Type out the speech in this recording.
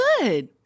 good